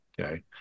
Okay